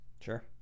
Sure